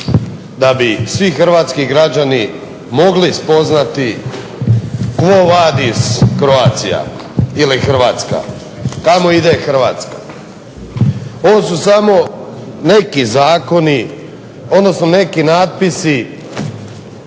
da bi svi hrvatski građani mogli spoznati quo vadis Croatia ili Hrvatska – kamo ide Hrvatska. Ovo su samo neki zakoni, odnosno neki natpisi